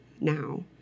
now